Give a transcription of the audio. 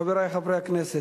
חברי חברי הכנסת,